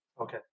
Okay